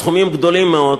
סכומים גדולים מאוד,